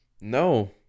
No